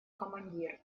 командир